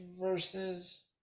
versus